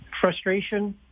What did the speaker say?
Frustration